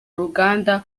ruganda